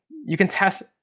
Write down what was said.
you can test,